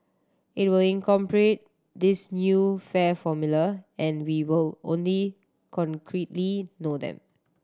it will incorporate this new fare formula and we will only concretely know then